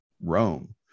Rome